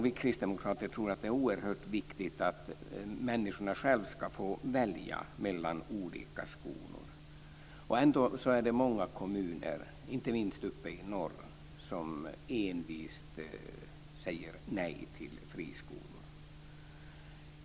Vi kristdemokrater tror att det är oerhört viktigt att människor själva får välja mellan olika skolor. Ändå är det många kommuner, inte minst uppe i norr, som envist säger nej till friskolor.